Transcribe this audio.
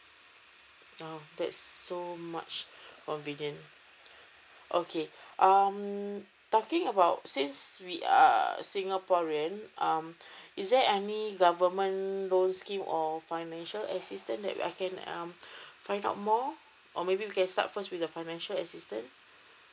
oh that's so much from begin okay um talking about since we are singaporean um is there any government loan scheme or financial assistance that I can um find out more or maybe we can start first with the financial assistance